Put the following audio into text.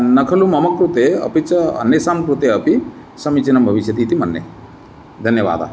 न खलु मम कृते अपि च अन्येषां कृते अपि समीचीनं भविष्यति इति मन्ये धन्यवादाः